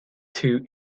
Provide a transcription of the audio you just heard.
two